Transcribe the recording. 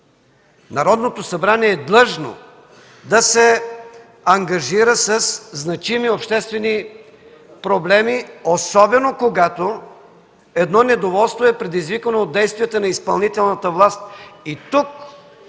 Народното събрание е длъжно да се ангажира със значими обществени проблеми, особено когато едно недоволство е предизвикано от действията на изпълнителната власт.